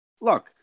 look